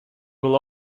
will